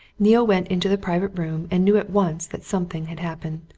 neale went into the private room and knew at once that something had happened.